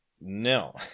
No